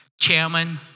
Chairman